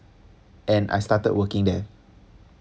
and I started working there